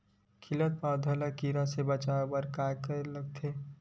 खिलत पौधा ल कीरा से बचाय बर का करेला लगथे?